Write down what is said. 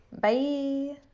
Bye